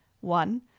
One